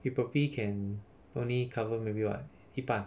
you probably can only cover maybe what 一半